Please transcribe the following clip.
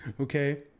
Okay